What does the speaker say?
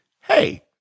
Hey